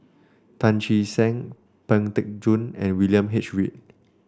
Tan Che Sang Pang Teck Joon and William H Read